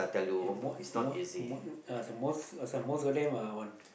yeah most most most uh the most so most of them are on